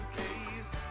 case